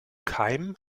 keim